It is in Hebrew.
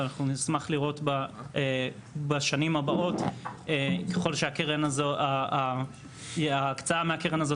ואנחנו נשמח לראות בשנים הבאות - ככל שההקצאה מהקרן הזאת